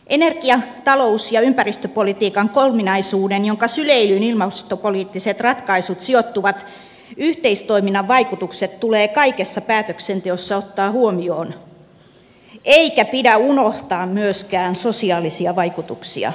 energia talous ja ympäristöpolitiikan kolminaisuuden jonka syleilyyn ilmastopoliittiset ratkaisut sijoittuvat yhteistoiminnan vaikutukset tulee kaikessa päätöksenteossa ottaa huomioon eikä pidä unohtaa myöskään sosiaalisia vaikutuksia